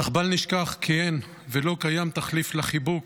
אך בל נשכח כי אין ולא קיים תחליף לחיבוק,